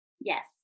Yes